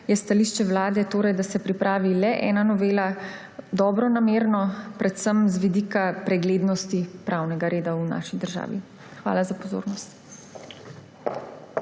je stališče Vlade, da se pripravi le ena novela, dobronamerno, predvsem z vidika preglednosti pravnega reda v naši državi. Hvala za pozornost.